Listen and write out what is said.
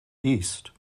east